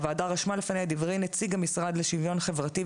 הוועדה רשמה לפני דברי נציג המשרד לשוויון חברתי,